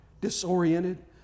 disoriented